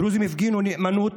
הדרוזים הפגינו נאמנות